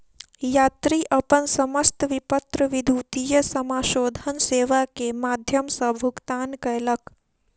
यात्री अपन समस्त विपत्र विद्युतीय समाशोधन सेवा के माध्यम सॅ भुगतान कयलक